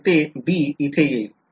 तर ते b इथे येईल